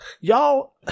y'all